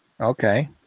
okay